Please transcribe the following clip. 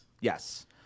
Yes